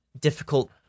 difficult